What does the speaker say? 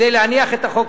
כדי להניח את החוק.